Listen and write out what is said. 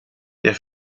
der